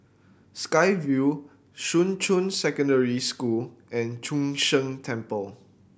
Sky Vue Shuqun Secondary School and Chu Sheng Temple